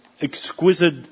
exquisite